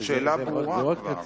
השאלה כבר ברורה.